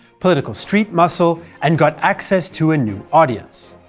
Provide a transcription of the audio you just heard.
political street muscle, and got access to a new audience.